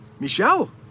Michelle